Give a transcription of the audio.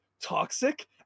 toxic